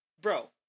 bro